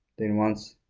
then once